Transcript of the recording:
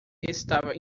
estava